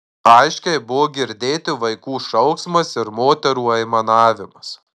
aiškiai buvo girdėti vaikų šauksmas ir moterų aimanavimas